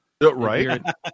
Right